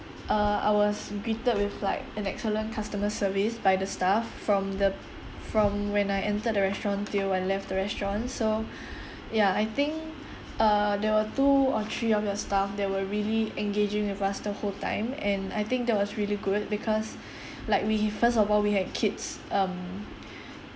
uh I was greeted with like an excellent customer service by the staff from the from when I entered the restaurant till I left the restaurant so ya I think uh there were two or three of your staff they were really engaging with us the whole time and I think that was really good because like we first of all we have kids um